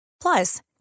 Plus